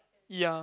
ya